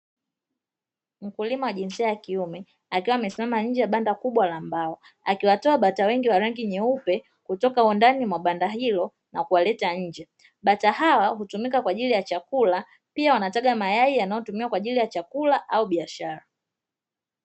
Mkulima wa jinsia ya kiume akiwa amesisima nje ya banda kubwa la mbao akiwatoa bata wengi wa rangi nyeupe kutoka ndani wa banda hilo kuleta nje, bata hawa hutumika kwa ajili ya chakula pia wanataga mayai yanayotumika kwa ajili ya chakula au biashara.